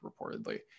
reportedly